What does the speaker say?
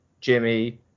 Jimmy